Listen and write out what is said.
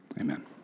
Amen